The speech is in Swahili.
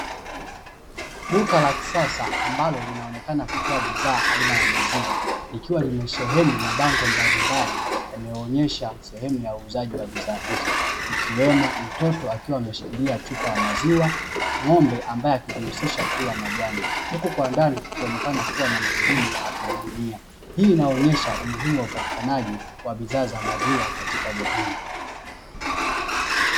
Duka la kisasa ambalo linaonekana kutoa bidhaa aina ya maziwa, Likiwa limesheheni mabango mbalimbali yanayoonesha sehemu ya uuzaji wa bidhaa hizo ikiwemo mtoto akiwa ameshikilia chupa ya maziwa, ng'ombe ambae akijihusisha kula majani, Huku kwa ndani kukionekana kuwa na mhudumu akihudumia, Hii inaonyesha umuhimu wa upatikanaji wa bidhaa za maziwa katika jamii.